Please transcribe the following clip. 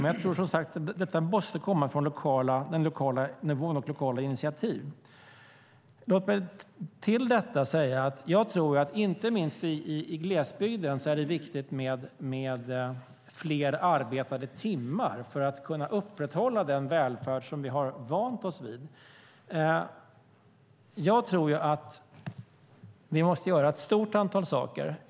Men jag tror som sagt att detta måste komma från den lokala nivån och lokala initiativ. Låt mig till detta säga att jag tror att inte minst i glesbygden är det viktigt med fler arbetade timmar för att kunna upprätthålla den välfärd som vi har vant oss vid. Vi måste göra ett stort antal saker.